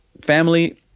family